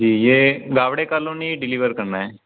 ये Gawde colony deliver करना है